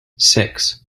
six